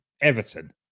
Everton